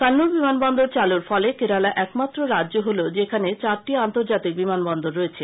কান্নুর বিমানবন্দর চালুর ফলে কেরালা একমাত্র রাজ্য হলো যেখানে চারটি আন্তর্জাতিক বিমানবন্দর রয়েছে